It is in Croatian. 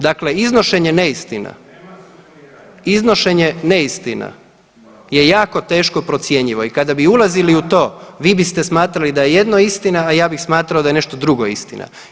Dakle, iznošenje neistina, iznošenje neistina je jako teško procjenjivo i kada bi ulazili u to vi biste smatrali da je jedno istina, a ja bih smatrao da je nešto drugo istina.